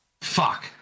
Fuck